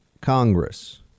Congress